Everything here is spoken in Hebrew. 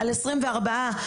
על 24 מקומות,